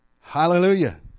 Hallelujah